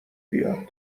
بیاد